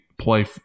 play